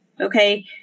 okay